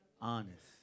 honest